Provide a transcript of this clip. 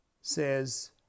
Says